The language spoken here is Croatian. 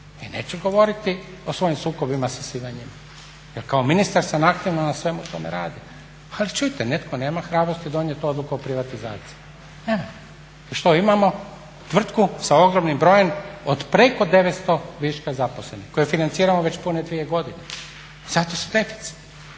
i neću govoriti o svojim sukobima sa svima njima jer kao ministar sam aktivno na svemu tome radio. Ali čujte netko nema hrabrosti donijeti odluku o privatizaciji. Nema. I što imamo? Tvrtku sa ogromnim brojem od preko 900 viška zaposlenih koje financiramo već pune dvije godine i zato su deficit.